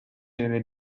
nelle